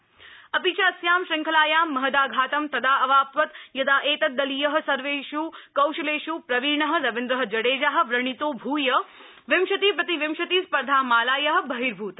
cricket अपि च अस्यां शृंखलायां महदाघातं तदा अवाप्तवत यदा एतत्दलीय सर्वेष् कौशलेष् प्रवीण रविन्द्र जडेजा व्रणितो भूय विंशति प्रतिविंशति स्पर्धामालाया बहिर्भूत